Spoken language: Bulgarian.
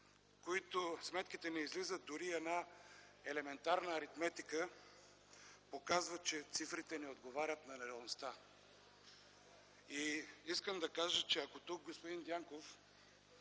че сметките не излизат. Дори една елементарна аритметика показва, че цифрите не отговарят на реалността. Искам да кажа, че ако тук господин Дянков